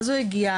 הוא הגיע,